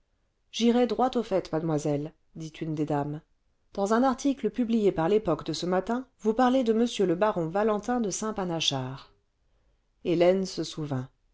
j'irai droit au fait mademoiselle dit une des dames dans un article publié par y époque de ce matin vous parlez de m le baron valentin de saint panachard hélènese souvint